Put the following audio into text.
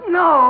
no